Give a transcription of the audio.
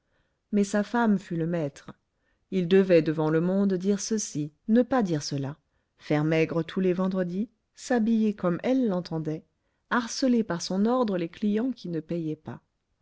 mais sa femme fut le maître il devait devant le monde dire ceci ne pas dire cela faire maigre tous les vendredis s'habiller comme elle l'entendait harceler par son ordre les clients qui ne payaient pas